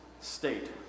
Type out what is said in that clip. state